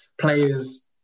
players